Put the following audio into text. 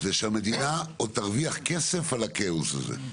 שהמדינה עוד תרוויח כסף על הכאוס הזה.